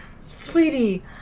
Sweetie